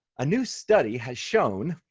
a new study has shown,